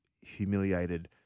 humiliated